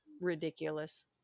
ridiculous